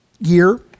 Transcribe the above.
year